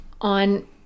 on